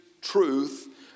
truth